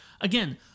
Again